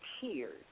tears